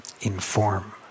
inform